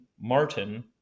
Martin